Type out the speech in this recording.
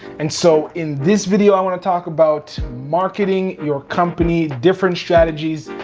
and so in this video, i wanna talk about marketing your company, different strategies,